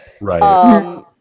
Right